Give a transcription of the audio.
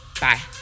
bye